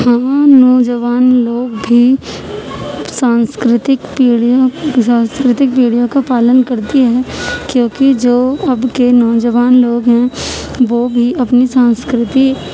ہم نوجوان لوگ بھی سانسکرتک پیڑھیوں سانسکرتک پیڑھیوں کا پالن کرتے ہیں کیوں کہ جو اب کے نوجوان لوگ ہیں وہ بھی اپنی سانسکرتی